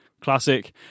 Classic